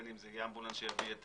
בין אם זה יהיה אמבולנס שיביא את